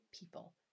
people